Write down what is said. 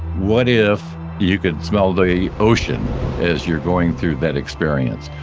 what if you could smell the ocean as you're going through that experience?